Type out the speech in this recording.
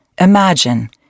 Imagine